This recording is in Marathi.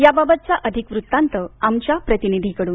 याबाबतचा अधिक वृत्तांत आमच्या प्रतिनिधीकडून